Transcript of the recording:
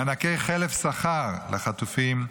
מענקי חלף שכר לחטופים,